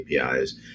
apis